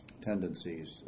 tendencies